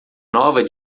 nova